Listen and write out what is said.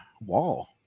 wall